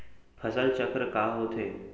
फसल चक्र का होथे?